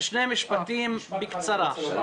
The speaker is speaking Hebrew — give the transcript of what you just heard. שני משפטים בקצרה.